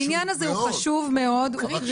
העניין הוא חשוב מאוד, הוא קריטי.